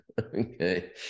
Okay